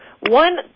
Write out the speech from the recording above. One